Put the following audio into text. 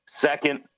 Second